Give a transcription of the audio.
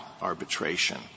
arbitration